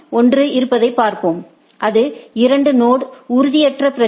ஒன்று இருப்பதைப் பார்ப்போம் அது இரண்டு நொடு உறுதியற்ற பிரச்சினை